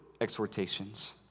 exhortations